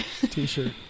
T-shirt